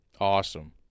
awesome